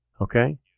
Okay